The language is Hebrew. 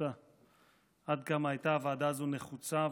בחריצותה עד כמה הייתה הוועדה הזו נחוצה,